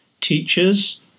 Teachers